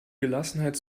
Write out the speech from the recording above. gelassenheit